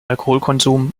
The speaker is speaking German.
alkoholkonsum